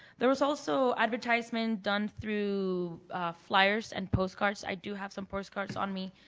there is also advertisement done through flyers and postcards. i do have some postcards on me.